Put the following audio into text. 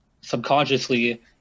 subconsciously